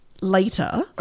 later